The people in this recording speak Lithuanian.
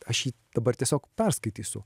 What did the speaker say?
aš jį dabar tiesiog perskaitysiu